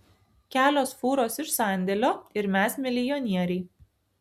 kelios fūros iš sandėlio ir mes milijonieriai